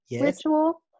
ritual